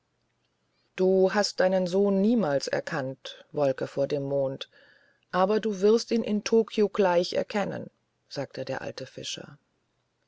du hast deinen sohn niemals erkannt wolke vor dem mond aber du wirst ihn in tokio gleich erkennen sagte der alte fischer